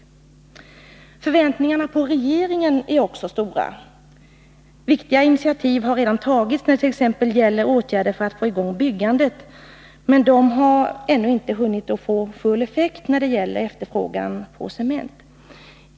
Förväntningarna på regeringen är också stora. Viktiga initiativ har redan tagits beträffande exempelvis åtgärder för att få i gång byggandet. Men dessa åtgärder har ännu inte hunnit få full effekt när det gäller efterfrågan på cement.